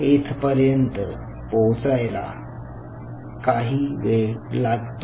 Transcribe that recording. येथपर्यंत पोहोचायला काही वेळ लागतो